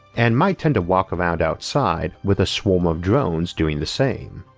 and might tend to walk around outside with a swarm of drones doing the same.